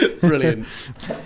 Brilliant